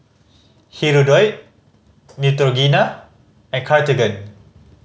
Hirudoid Neutrogena and Cartigain